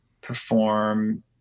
perform